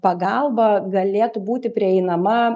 pagalba galėtų būti prieinama